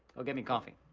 go get me coffee.